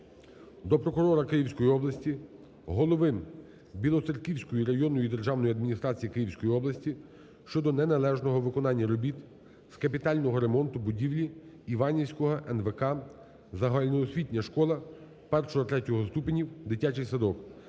до прокурора Київської області, голови Білоцерківської районної державної адміністрації Київської області щодо неналежного виконання робіт з капітального ремонту будівлі Іванівського НВК "Загальноосвітня школа І-ІІІ ступенів-дитячий садок"